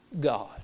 God